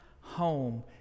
home